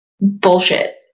bullshit